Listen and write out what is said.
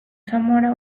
zamora